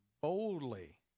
boldly